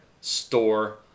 store